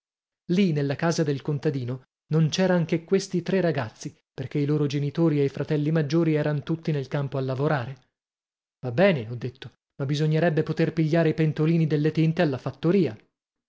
lì nella casa del contadino non c'eran che questi tre ragazzi perché i loro genitori e i fratelli maggiori eran tutti nel campo a lavorare va bene ho detto ma bisognerebbe poter pigliare i pentolini delle tinte alla fattoria